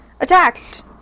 attacked